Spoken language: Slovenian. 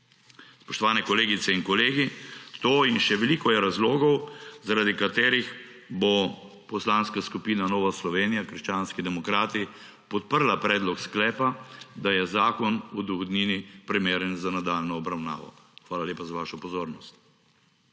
Spoštovane kolegice in kolegi! To in še veliko je razlogov, zaradi katerih bo Poslanska skupina Nova Slovenija - krščanski demokrati podprla predlog sklepa, da je Zakon o dohodnini primeren za nadaljnjo obravnavo. Hvala lepa za vašo pozornost.